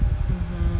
mmhmm